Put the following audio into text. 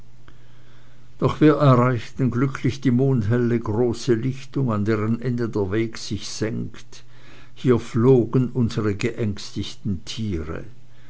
doch wir erreichten glücklich die mondhelle große lichtung an deren ende der weg sich senkt hier flogen unsere geängstigten tiere